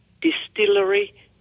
distillery